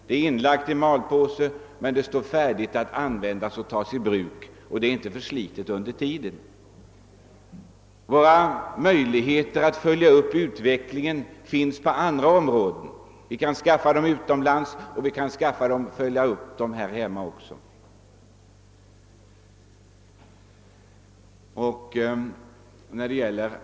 Det är inlagt i malpåse, men det kan tas i bruk och har inte förslitits under tiden. Möjligheter att följa upp utvecklingen har vi både utomlands och på andra håll här hemma.